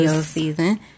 season